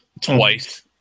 twice